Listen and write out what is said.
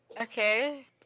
Okay